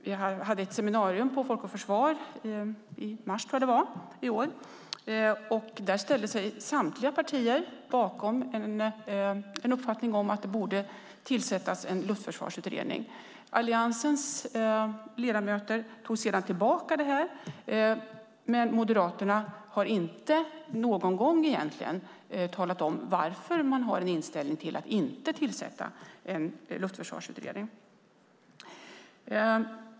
Det var ett seminarium på Folk och Försvar, i mars i år tror jag att det var, och där ställde sig samtliga partier bakom en uppfattning om att det borde tillsättas en luftförsvarsutredning. Alliansens ledamöter tog sedan tillbaka det här, men Moderaterna har egentligen inte någon gång talat om varför man har inställningen att inte tillsätta en luftförsvarsutredning.